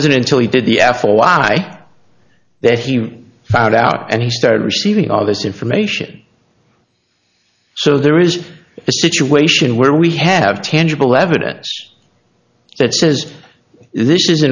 wasn't until he did the f l y that he found out and he started receiving all this information so there is a situation where we have tangible evidence that says this is